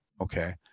Okay